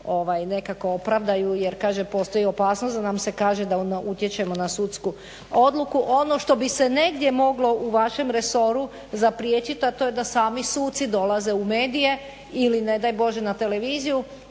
nekako opravdaju jer kaže postoji opasnost da nam se kaže da onda utječemo na sudsku odluku. Ono što bi se negdje moglo u vašem resoru zapriječit, a to je da sami suci dolaze u medije ili ne daj Bože na televiziju